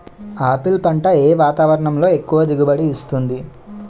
Apple పంట ఏ వాతావరణంలో ఎక్కువ దిగుబడి ఇస్తుంది?